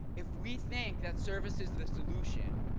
if we think that service is the solution,